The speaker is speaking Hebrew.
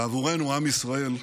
ועבורנו, עם ישראל,